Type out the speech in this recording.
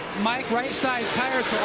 like right side tires